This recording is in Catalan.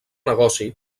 negoci